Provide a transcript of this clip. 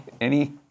any-